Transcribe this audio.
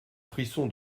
frisson